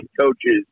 coaches